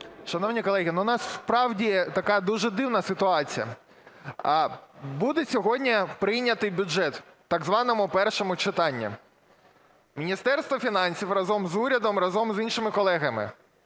Шановні колеги, насправді така дуже дивна ситуація. Буде сьогодні прийнятий бюджет в так званому першому читанні. Міністерство фінансів разом з урядом, разом з іншими колегами